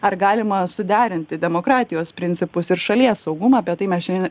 ar galima suderinti demokratijos principus ir šalies saugumą apie tai mes šiandien